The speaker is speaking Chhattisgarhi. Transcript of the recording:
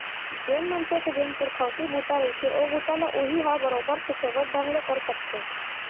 जेन मनसे के जेन पुरखउती बूता रहिथे ओ बूता ल उहीं ह बरोबर सुबेवत ढंग ले कर सकथे